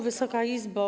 Wysoka Izbo!